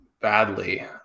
badly